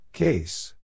Case